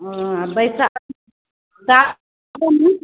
बैशाख